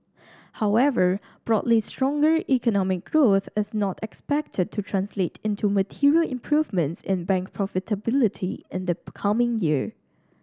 however broadly stronger economic growth is not expected to translate into material improvements in bank profitability in the coming year